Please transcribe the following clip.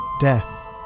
death